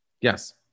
Yes